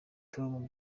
tom